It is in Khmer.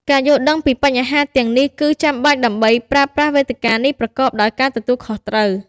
ការយល់ដឹងពីបញ្ហាទាំងនេះគឺចាំបាច់ដើម្បីប្រើប្រាស់វេទិកានេះប្រកបដោយការទទួលខុសត្រូវ។